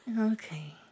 okay